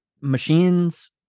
machines